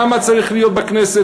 כמה צריכים להיות בכנסת,